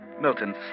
Milton